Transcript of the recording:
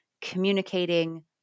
communicating